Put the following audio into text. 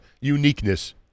uniqueness